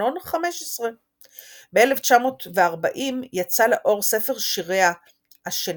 ארנון 15. ב-1940 יצא לאור ספר שיריה השני,